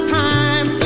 time